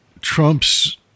Trump's